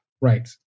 right